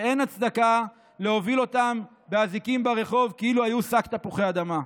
שאין הצדקה להוביל אותם באזיקים ברחוב כאילו היו שק תפוחי אדמה.